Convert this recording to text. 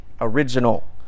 original